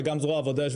וגם זרוע העבודה.